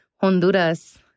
Honduras